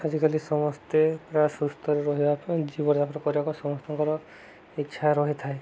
ଆଜିକାଲି ସମସ୍ତେ ପ୍ରାୟ ସୁସ୍ଥରେ ରହିବା ପାଇଁ ଜୀବଯାପନ କରିବାକୁ ସମସ୍ତଙ୍କର ଇଚ୍ଛା ରହିଥାଏ